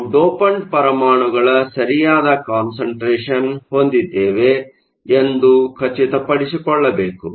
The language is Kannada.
ನಾವು ಡೋಪಂಟ್ ಪರಮಾಣುಗಳ ಸರಿಯಾದ ಕಾನ್ಸಂಟ್ರೇಷನ್ಹೊಂದಿದ್ದೇವೆ ಎಂದು ಖಚಿತಪಡಿಸಿಕೊಳ್ಳಬೇಕು